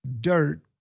dirt